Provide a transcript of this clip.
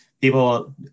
people